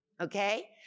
okay